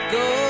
go